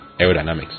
aerodynamics